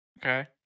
Okay